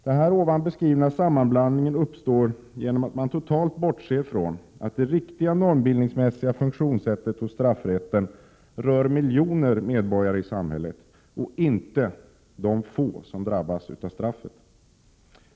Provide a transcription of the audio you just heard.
Den beskrivna sammanblandningen uppstår genom att man totalt bortser från att det riktiga normbildningsmässiga funktionssättet hos straffrätten rör miljoner medborgare i samhället och inte de få som drabbas av straff.